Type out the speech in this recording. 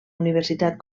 universitat